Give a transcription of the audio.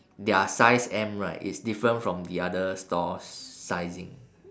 their size M right is different from the other store's sizing